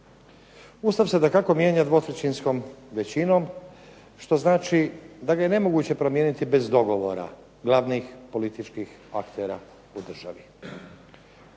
Ustav se dakako mijenja 2/3 većinom, što znači da ga je nemoguće promijeniti bez dogovora glavnih političkih aktera u državi.